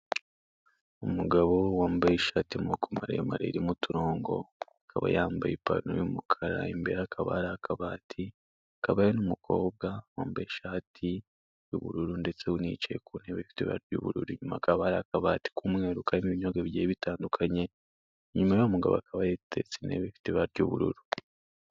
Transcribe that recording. Umugabo wambaye ishati y'amaboko maremare irimo uturongo akaba yambaye ipantaro y'umukara, imbere hakaba hari akabati hakaba hari n'umukobwa wambaye ishati y'ubururu ndetse unicaye ku ntebe ifite ibara ry'ubururu, inyuma hakaba hari akabati k'umweru karimo ibinyobwa bigiye bitandukanye, inyuma y'uwo mugabo hakaba hiteretse intebe ifite ibara ry'ubururu.